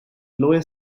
lawyer